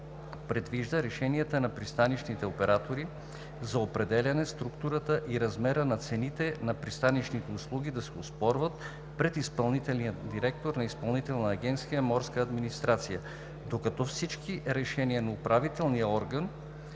предвижда решенията на пристанищните оператори за определяне структурата и размера на цените на пристанищните услуги да се оспорват пред изпълнителния директор на Изпълнителна агенция „Морска администрация“, докато всички решения на управителния орган